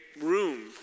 room